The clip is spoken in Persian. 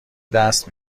دست